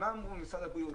מה אמרו משרד הבריאות?